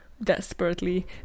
desperately